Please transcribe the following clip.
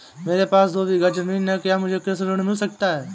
मेरे पास दो बीघा ज़मीन है क्या मुझे कृषि ऋण मिल सकता है?